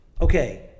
okay